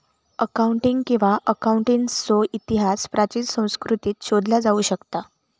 accounting किंवा अकाउंटन्सीचो इतिहास प्राचीन संस्कृतींत शोधला जाऊ शकता